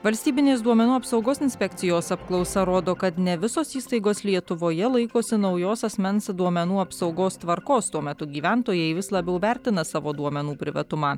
valstybinės duomenų apsaugos inspekcijos apklausa rodo kad ne visos įstaigos lietuvoje laikosi naujos asmens duomenų apsaugos tvarkos tuo metu gyventojai vis labiau vertina savo duomenų privatumą